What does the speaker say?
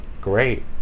great